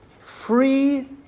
free